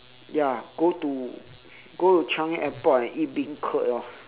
ya go to go to changi airport and eat beancurd lor